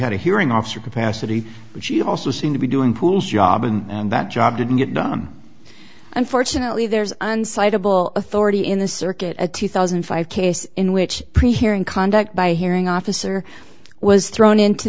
had a hearing officer capacity but she also seemed to be doing cool job and that job didn't get done unfortunately there's on site a bull authority in the circuit a two thousand and five case in which pre hearing conduct by hearing officer was thrown into